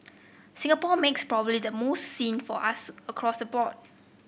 Singapore makes probably the most seen for us across the board